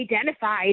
identified